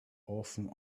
often